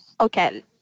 okay